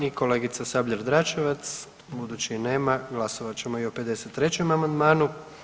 I kolegica Sabljar-Dračevac budući je nema glasovat ćemo i o 53. amandmanu.